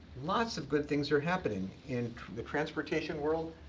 lots of good things are happening. in the transportation world,